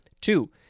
Two